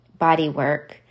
bodywork